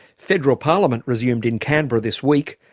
federal parliament resumed in canberra this week,